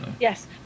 Yes